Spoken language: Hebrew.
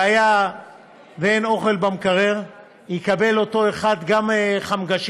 והיה ואין אוכל במקרר, יקבל אותו אחד גם חמגשית